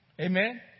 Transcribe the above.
Amen